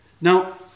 Now